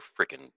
freaking